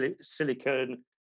silicon